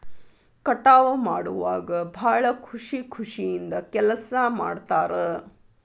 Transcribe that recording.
ಕಟಾವ ಮಾಡುವಾಗ ಭಾಳ ಖುಷಿ ಖುಷಿಯಿಂದ ಕೆಲಸಾ ಮಾಡ್ತಾರ